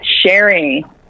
sharing